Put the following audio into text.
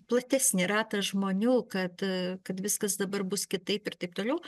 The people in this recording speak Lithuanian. platesnį ratą žmonių kad kad viskas dabar bus kitaip ir taip toliau